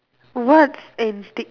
what's antic